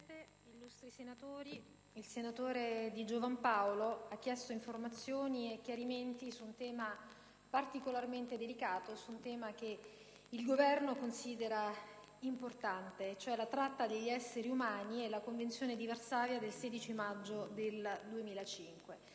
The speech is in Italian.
il senatore Di Giovan Paolo ha chiesto informazioni e chiarimenti su un tema particolarmente delicato e che il Governo considera importante: la tratta degli esseri umani e la Convenzione di Varsavia del 16 maggio 2005.